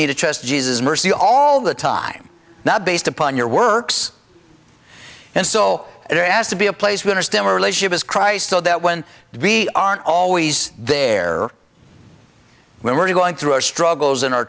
need to trust jesus mercy all the time now based upon your works and so there has to be a place we are still a relationship as christ so that when we aren't always there when we're going through our struggles in our